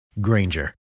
Granger